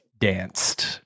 danced